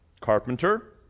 Carpenter